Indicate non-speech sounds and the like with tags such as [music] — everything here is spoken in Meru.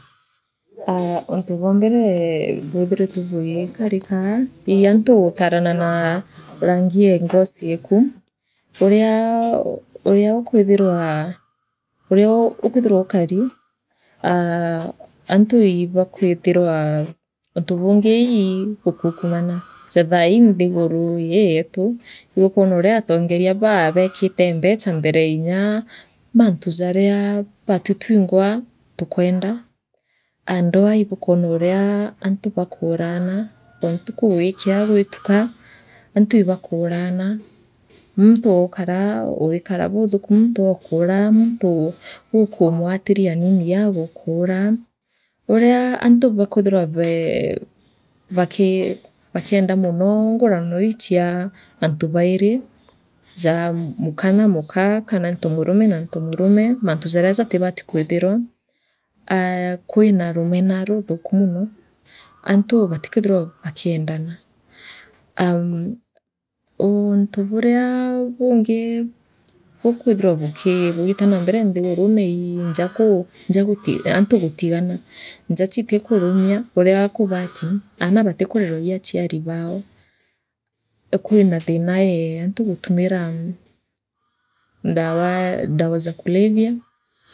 Aah, untu bwa mbere bwithiritwe bwi karikaa. ii antu ukarana na rangi e ngosi yeeku, urea ukwithirwa ukaru, aah antu ibakwuthirwa. Untu bungi ii gukuunkumana ja thaii nthiguru ii yeetu, ibukwona urea atungeria beokite mbecha mbere ee inye mantu jarea baatwi twingwa tukwenda, ndwaa ibukwona urea antu bakuuraaana, ontuku gwikee, gwituka, antu ibakuurana, muntu okara wikara buthuku, muntu ookuuraa, muntu ukumwatiria aaniini, agukuraa. urea antu bakwithirwa bee baki bakienda mono ngurano ili ala antu bairi, ja ruuka na muka kana ntumurumie na ntomurume, mantu jarea jatibati kwithirwa, aaha kwina rumena rutuuku mono, antu batik wathirwa bakendana. Umm, uuntu burea bungi bukwithirwa bugiita na mbere nthigurune ii nja kuu nja guti antu gutigana nja atiku [unintelligible] urea kubati, aana batikurerwa ii aciari bao kwina thiina ee antu gutumira ndawa, dawa za kulevya.